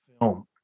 film